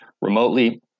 Remotely